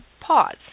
pause